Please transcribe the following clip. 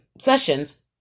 sessions